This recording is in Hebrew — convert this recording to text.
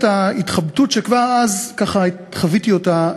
אלעזר, אתה מוזמן